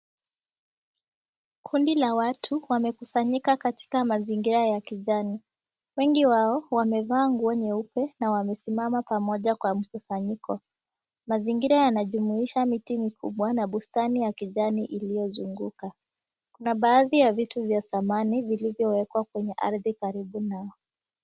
Kundi la watu wamekusanyika katika mazingira ya kijani. Wengi wao wamevaa nguo nyeupe na wamesimama pamoja kwa mkusanyiko. Mazingira yanajumuisha miti mikubwa na bustani ya kijani iliyozunguka. Kuna baadhi ya vitu vya thamani vilivyowekwa kwenye ardhi karibu nao.